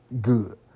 good